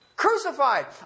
crucified